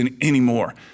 anymore